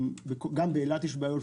גם באילת יש בעיות.